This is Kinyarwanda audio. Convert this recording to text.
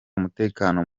umutekano